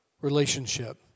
relationship